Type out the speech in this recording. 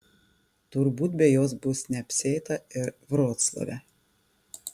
turbūt be jos bus neapsieita ir vroclave